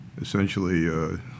essentially